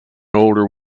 older